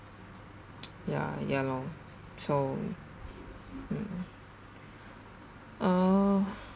ya ya loh so mm uh